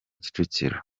kicukiro